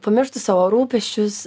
pamirštų savo rūpesčius